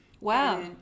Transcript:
wow